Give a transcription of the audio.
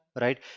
right